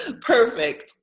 Perfect